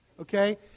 Okay